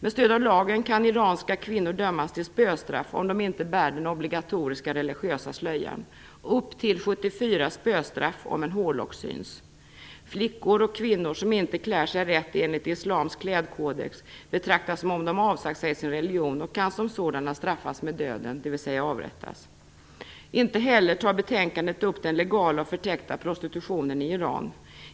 Med stöd av lagen kan iranska kvinnor dömas till spöstraff, om de inte bär den obligatoriska religiösa slöjan - upp till 74 spöslag om en hårlock syns. Flickor och kvinnor som inte klär sig rätt enligt islamsk klädkodex betraktas som om de avsagt sig sin religion och kan som sådana straffas med döden, dvs. avrättas. Inte heller tas i betänkandet upp den legala och förtäckta prostitutionen i Iran.